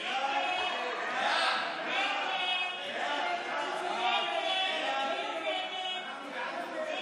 שמצביע נגד מצביע נגד פטין מולא, מי שמצביע